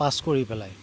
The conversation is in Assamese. পাছ কৰি পেলাই